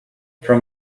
from